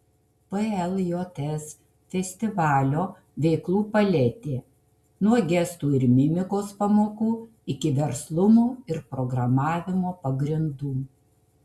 pljs festivalio veiklų paletė nuo gestų ir mimikos pamokų iki verslumo ir programavimo pagrindų